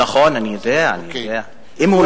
נכון, אני יודע, אני יודע.